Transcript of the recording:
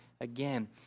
again